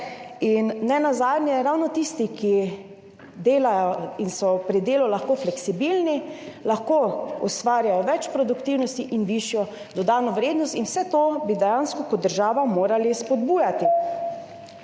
In nenazadnje, ravno tisti, ki delajo in so pri delu lahko fleksibilni, lahko ustvarjajo več produktivnosti in višjo dodano vrednost, in vse to bi dejansko kot država morali spodbujati.